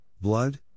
blood